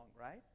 right